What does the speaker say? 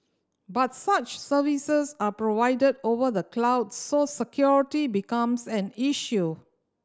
but such services are provided over the cloud so security becomes an issue